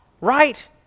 right